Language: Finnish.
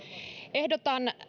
ehdotan